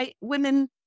women